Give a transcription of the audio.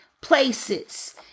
places